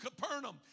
Capernaum